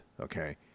okay